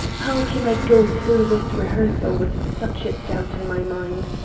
how can i go through this rehearsal with such a doubt in my mind?